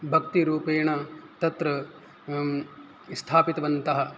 भक्तिरूपेण तत्र स्थापितवन्तः